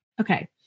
Okay